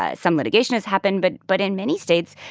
ah some litigation has happened. but but in many states,